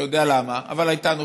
אני לא יודע למה, אבל הייתה נופלת,